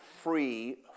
free